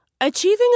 Achieving